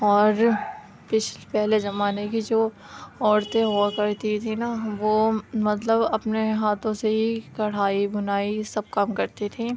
اور پچھ پہلے زمانے کی جو عورتیں ہوا کرتی تھی نا وہ مطلب اپنے ہاتھوں سے ہی کڑھائی بنائی سب کام کرتی تھی